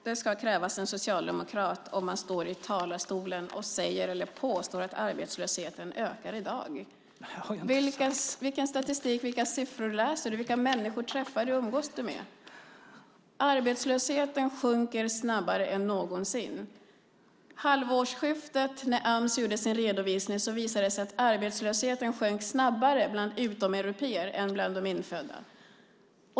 Fru talman! Det krävs en socialdemokrat för att stå i talarstolen och påstå att arbetslösheten ökar i dag. Vilka siffror läser du? Vilka människor träffar du och umgås du med? Arbetslösheten sjunker snabbare än någonsin. Vid halvårsskiftet, när Ams gjorde sin redovisning, visade det sig att arbetslösheten sjönk snabbare bland utomeuropéer än bland de infödda.